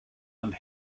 and